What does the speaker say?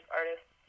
artists